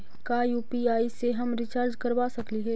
का यु.पी.आई से हम रिचार्ज करवा सकली हे?